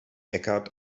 eckhart